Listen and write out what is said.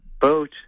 boat